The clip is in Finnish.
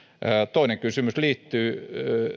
toinen kysymys liittyy